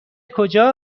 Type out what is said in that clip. کجا